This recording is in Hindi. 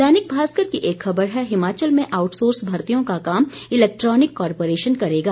दैनिक भास्कर की एक खबर है हिमाचल में आउटसोर्स भर्तियों का काम इलेक्ट्रॉनिक कॉर्पोरेशन करेगा